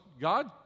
God